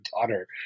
daughter